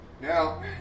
Now